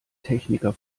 techniker